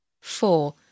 Four